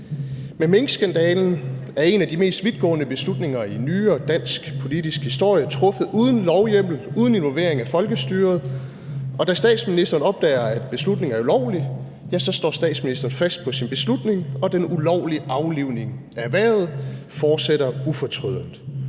Med minkskandalen er en af de mest vidtgående beslutninger i nyere dansk politisk historie truffet uden lovhjemmel, uden involvering af folkestyret, og da statsministeren opdager, at beslutningen er ulovlig, ja, så står statsministeren fast på sin beslutning, og den ulovlige aflivning af erhvervet fortsætter ufortrødent.